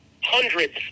hundreds